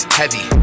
heavy